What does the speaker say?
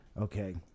Okay